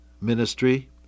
ministry